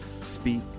speak